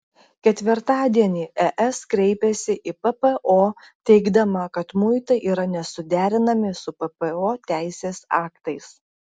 ketvirtadienį es kreipėsi į ppo teigdama kad muitai yra nesuderinami su ppo teisės aktais